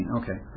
okay